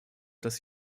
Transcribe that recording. dass